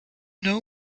know